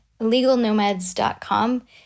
LegalNomads.com